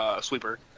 sweeper